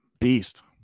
beast